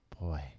Boy